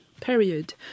period